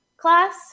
class